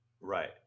Right